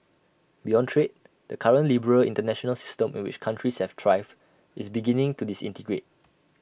beyond trade the current liberal International system in which countries have thrived is beginning to disintegrate